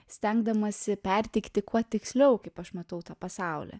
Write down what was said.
stengdamasi perteikti kuo tiksliau kaip aš matau tą pasaulį